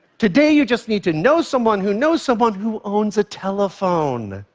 today, you just need to know someone who knows someone who owns a telephone,